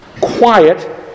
quiet